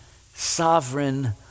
Sovereign